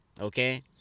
okay